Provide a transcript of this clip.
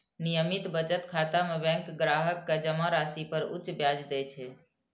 नियमित बचत खाता मे बैंक ग्राहक कें जमा राशि पर उच्च ब्याज दै छै